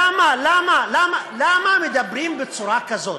למה, למה, למה, למה מדברים בצורה כזאת?